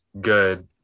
good